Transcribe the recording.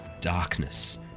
darkness